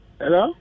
hello